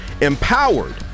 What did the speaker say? empowered